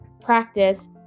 practice